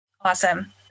Awesome